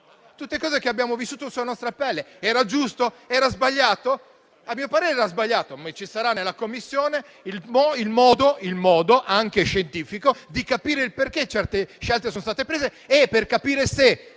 tutte cose che abbiamo vissuto sulla nostra pelle. Era giusto, era sbagliato? A mio parere era sbagliato, ma ci sarà nella Commissione il modo, anche scientifico, di capire perché certe scelte sono state prese e per capire se